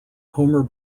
homer